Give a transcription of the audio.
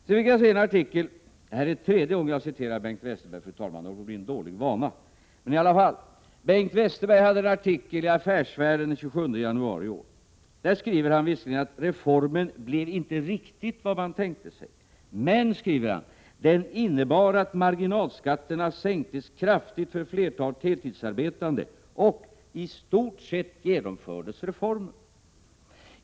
Jag fick se en artikel av Bengt Westerberg — det här är tredje gången jag citerar honom; det håller på att bli en dålig vana — i Affärsvärlden den 27 januarii år, där han visserligen skriver att reformen inte blev riktigt vad man tänkte sig men också menar att den innebar att marginalskatterna sänktes kraftigt för flertalet heltidsarbetande och att reformen i stort sett genomfördes.